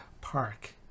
Park